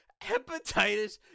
Hepatitis